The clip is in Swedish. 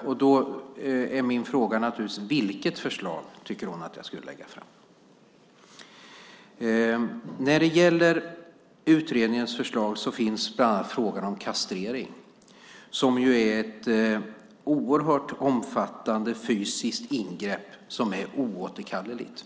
och då är min fråga naturligtvis: Vilket förslag tycker hon att jag skulle lägga fram? I utredningens förslag finns bland annat frågan om kastrering, och det är ju ett oerhört omfattande fysiskt ingrepp, som är oåterkalleligt.